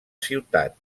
ciutat